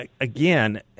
again